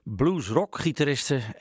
blues-rock-gitaristen